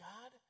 God